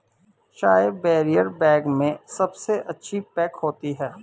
चाय barrier bag में सबसे अच्छी पैक होती है